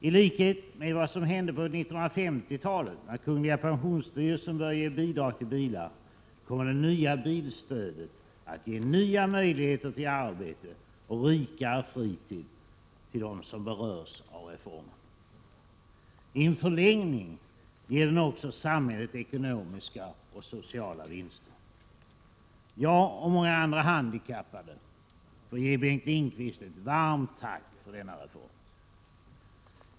I likhet med vad som hände på 1950-talet, när Kungl. pensionsstyrelsen började ge bidrag till bilar, kommer det nya bilstödet att ge nya möjligheter till arbete och rikare fritid till dem som berörs av reformen. I en förlängning ger den också samhället ekonomiska och sociala vinster. Jag — och många andra handikappade — får ge Bengt Lindqvist ett varmt tack för denna reform.